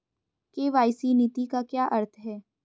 KYC नीति का क्या अर्थ है?